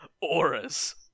auras